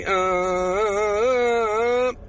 up